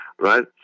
right